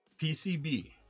PCB